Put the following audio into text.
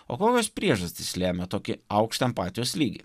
o kokios priežastys lėmė tokį aukštą empatijos lygį